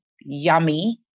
yummy